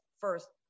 first